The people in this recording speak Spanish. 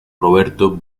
roberto